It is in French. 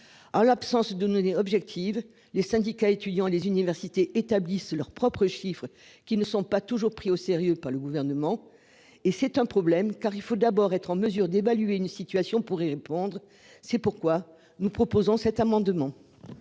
En l'absence de données objectives. Les syndicats étudiants les universités établissent leurs propres chiffres qui ne sont pas toujours pris au sérieux par le gouvernement et c'est un problème car il faut d'abord être en mesure des balles tu une situation pour y répondre. C'est pourquoi nous proposons cet amendement.